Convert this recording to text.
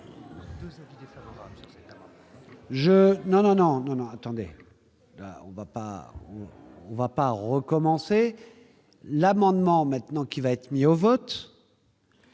non, non, non, attendez, on ne va pas, on va pas recommencer l'amendement maintenant qui va être mis au vote.